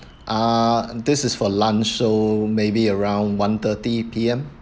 uh this is for lunch so maybe around one thirty P_M